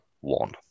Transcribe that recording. one